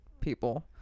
people